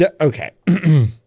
okay